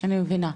אני מבינה.